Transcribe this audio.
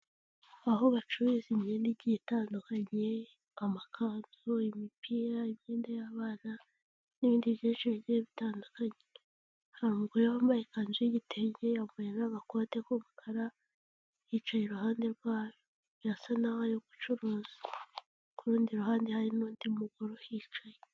Aho bacururiza imyenda igiye, itandukaniye amakanzu, imipira, imyenda y'abana n'ibindi byinshi bigiye bitandukanye hari umugore wambaye ikanzu y'igitenge yambaye n'agakote k'umukara yicaye iruhande rwayo birasa n'aho ari gucuruza ku rundi ruhande hari n'undi mugore uhicaye.